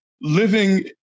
living